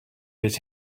his